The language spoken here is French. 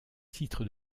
titre